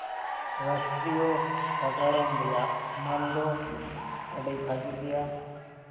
ᱨᱟᱥᱴᱨᱤᱭᱚ ᱥᱟᱜᱟᱷᱚᱢ ᱨᱟᱭᱟᱜ ᱢᱟᱹᱱ ᱫᱚ ᱟᱹᱰᱤ ᱵᱷᱟᱜᱮ ᱜᱮᱭᱟ